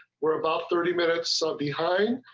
we're about thirty minutes so behind.